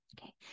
okay